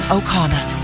O'Connor